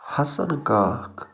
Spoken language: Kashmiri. حسن کاکھ